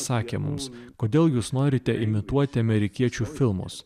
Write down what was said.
sakė mums kodėl jūs norite imituoti amerikiečių filmus